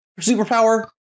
superpower